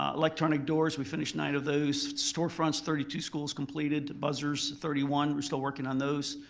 ah electronic doors, we finished nine of those. storefronts, thirty two schools completed. buzzers, thirty one, we're still working on those.